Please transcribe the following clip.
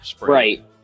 Right